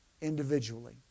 individually